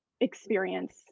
experience